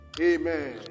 Amen